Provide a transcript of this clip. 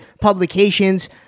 publications